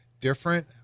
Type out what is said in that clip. different